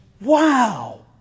wow